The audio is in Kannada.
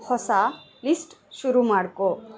ಹೊಸ ಲಿಸ್ಟ್ ಶುರು ಮಾಡಿಕೋ